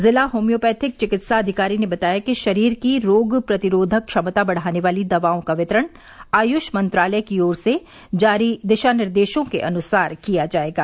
जिला होम्योपैथिक चिकित्साधिकारी ने बताया कि शरीर की रोग प्रतिरोधक क्षमता बढ़ाने वाली दवाओं का वितरण आयुष मंत्रालय की ओर से जारी दिशानिर्देशों के अनुसार किया जाएगा